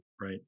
Right